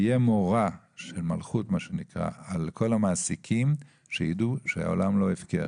תהיה מורא של מלכות מה שנקרא על כל המעסיקים שיידעו שהעולם לא הפקר,